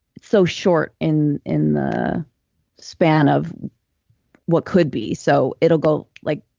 so short in in the span of what could be, so it'll go like.